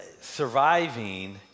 surviving